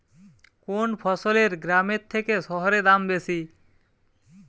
কোন ফসলের গ্রামের থেকে শহরে দাম বেশি?